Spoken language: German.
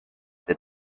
der